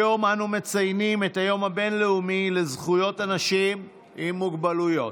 היום אנו מציינים את היום הבין-לאומי לזכויות אנשים עם מוגבלויות.